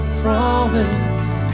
promise